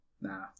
Nah